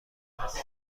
هستی